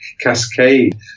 cascade